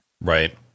Right